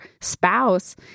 spouse